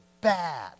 bad